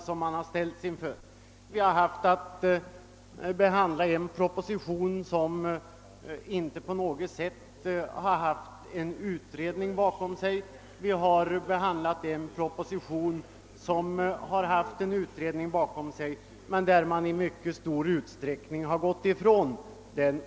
Den ena propositionen har inte föregåtts av någon som helst utredning, och den andra har en utredning bakom sig vars betänkande departementschefen i mycket stor utsträckning har gått ifrån.